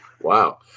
Wow